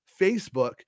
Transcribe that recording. Facebook